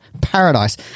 paradise